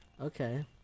Okay